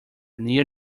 near